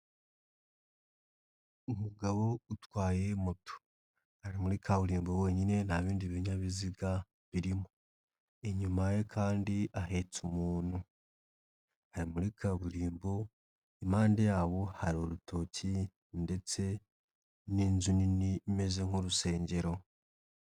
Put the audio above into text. Umugabo utwaye moto ari muri kaburimbo wenyine nta bindi binyabiziga birimo, inyuma ye kandi ahetse umuntu, ari muri kaburimbo impande yabo hari urutoki ndetse n'inzu nini imeze nk'urusengero.